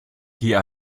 geh